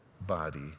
body